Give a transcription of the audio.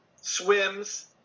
swims